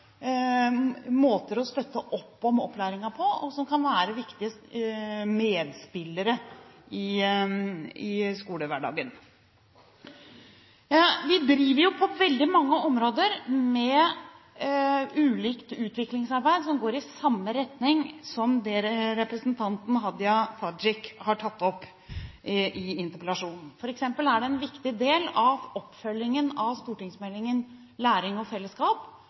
måter å støtte opp om opplæringen på, og som kan være viktige medspillere i skolehverdagen. Vi driver på veldig mange områder med ulikt utviklingsarbeid som går i samme retning, som det representanten Hadia Tajik har tatt opp i interpellasjonen. For eksempel er det en viktig del av oppfølgingen av stortingsmeldingen Læring og fellesskap